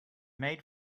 made